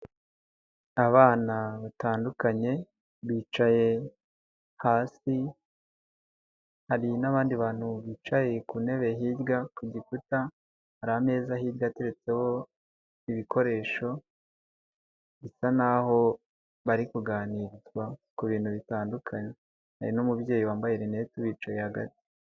Abana batandukanye bicaye hasi, hari n'abandidi bantu bicaye ku ntebe hirya ku gikuta, hari ameza hirya ateretseho ibikoresho bisa naho bari kuganirizwa ku bintu bitandukanye, hari n'umubyeyi wambaye rinete ubicaye hagati.